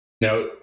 Now